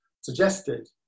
suggested